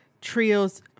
trios